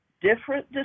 different